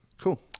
Cool